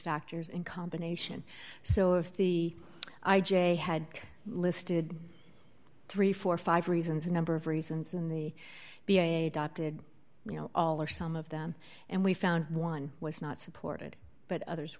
factors in combination so if the i j a had listed thirty four or five reasons a number of reasons in the be a adopted you know all or some of them and we found one was not supported but others